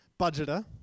budgeter